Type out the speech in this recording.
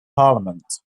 parliament